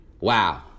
wow